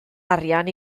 arian